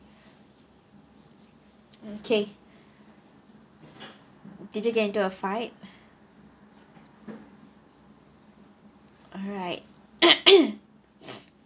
okay did you get into a fight alright